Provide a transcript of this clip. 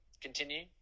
continue